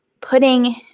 putting